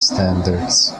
standards